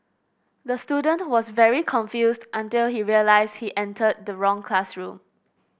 the student was very confused until he realised he entered the wrong classroom